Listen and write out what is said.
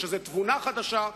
יש איזו תבונה חדשה?